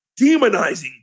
Demonizing